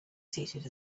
seated